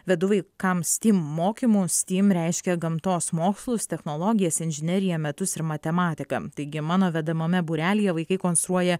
vedu vaikams steam mokymus steam reiškia gamtos mokslus technologijas inžineriją metus ir matematiką taigi mano vedamame būrelyje vaikai konstruoja